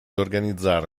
organizzare